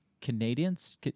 Canadians